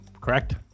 correct